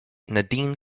nadine